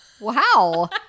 Wow